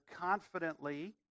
confidently